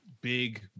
big